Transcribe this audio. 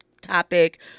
topic